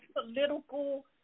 political